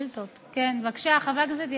כן, בבקשה, חבר הכנסת ילין.